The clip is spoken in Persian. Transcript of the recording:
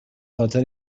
خاطر